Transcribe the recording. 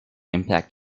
impact